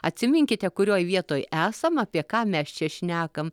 atsiminkite kurioj vietoj esam apie ką mes čia šnekame